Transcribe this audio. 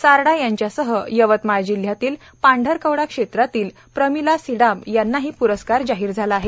सारडा यांच्यासह यवतमाळ जिल्हयातील पांढरकवडा क्षेत्रातील प्रमिला सिडाम यांनाही प्रस्कार जाहीर झाला आहे